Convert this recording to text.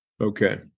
Okay